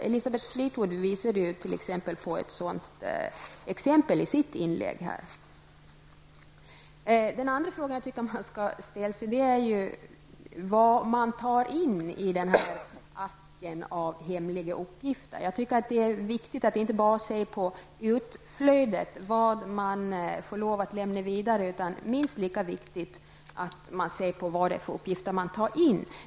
Elisabeth Fleetwood visade t.ex. på ett sådant exempel i sitt inlägg. Vad tar man in i asken med hemliga uppgifter? Det är viktigt att inte bara se på utflödet, vad man får lov att lämna vidare. Det är minst lika viktigt att se på vilka uppgifter man tar in.